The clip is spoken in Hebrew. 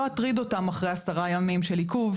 אטריד אותם אחרי עשרה ימים של עיכוב,